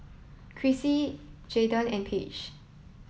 Krissy Jaydon and Page